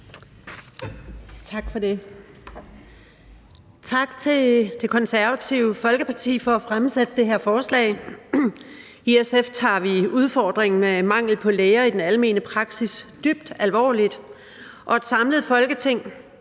Tak for det. Tak til Det Konservative Folkeparti for at fremsætte det her forslag. I SF tager vi udfordringen med mangel på læger i den almene praksis dybt alvorligt, og et samlet Folketing,